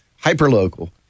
hyper-local